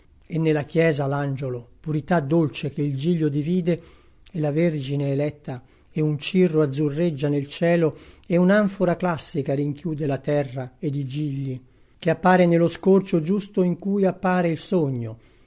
e nella chiesa l'angiolo purità dolce che il giglio divide e la vergine eletta e un cirro azzurreggia nel cielo e un'anfora classica rinchiude la terra ed i gigli che appare nello scorcio giusto in cui appare il sogno